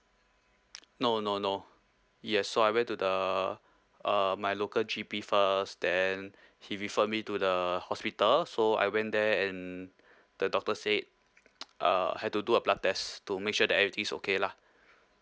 no no no yes so I went to the uh my local G_P first then he referred me to the hospital so I went there and the doctor said uh had to do a blood test to make sure that everything is okay lah